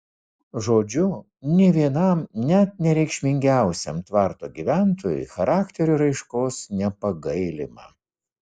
žodžiu nė vienam net nereikšmingiausiam tvarto gyventojui charakterio raiškos nepagailima